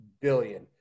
billion